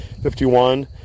51